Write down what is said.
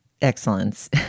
excellence